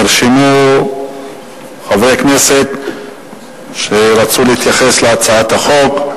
נרשמו חברי כנסת שרצו להתייחס להצעת החוק.